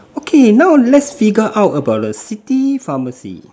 okay now let's figure out about the city pharmacy